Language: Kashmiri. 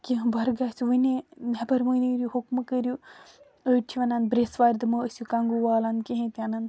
کیٚنٛہہ بھرٕ گژھِ وٕنہِ نٮ۪بَر مہٕ نیٖرِو ہُہ مہٕ کٔرِو أڑۍ چھِ وَنان برٛٮ۪سوارِ دۄہ مہٕ ٲسِو کَنٛگو والان کِہیٖنۍ تہِ نَن